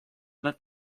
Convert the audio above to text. nad